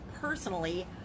personally